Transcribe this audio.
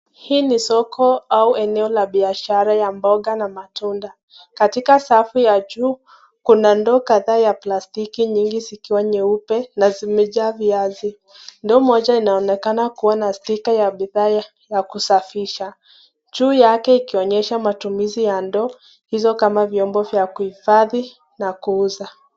Hii ni soko au eneo la biashara ya mboga na matunda, katika safu ya juu, kuna ndoo kadhaa ya plastiki zikiwa nyeupe na zimejaa viazi. Ndoo moja inaonekana kuwa na stika ya bidhaa ya kusafisha, juu yake ikionyesha matumizi ya ndoo hizo kama vyombo vya kuifadhi na kuuza.